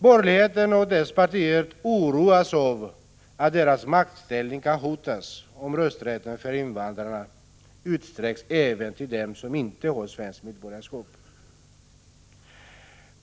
Borgerligheten och dess partier oroas av att deras maktställning kan hotas om rösträtten för invandrare utsträcks även till dem som inte har svenskt medborgarskap.